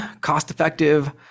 cost-effective